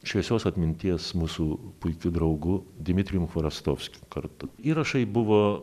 šviesios atminties mūsų puikiu draugu dmitrijum chorostovskiu kartu įrašai buvo